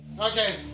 Okay